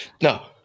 No